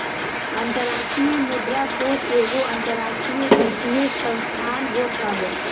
अंतरराष्ट्रीय मुद्रा कोष एगो अंतरराष्ट्रीय वित्तीय संस्थान होत हवे